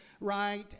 right